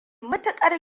matuƙar